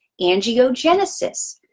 angiogenesis